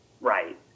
Right